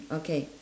okay